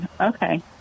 okay